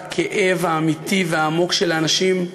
הכאב האמיתי והעמוק של האנשים,